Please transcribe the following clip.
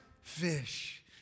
fish